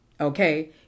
Okay